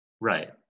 Right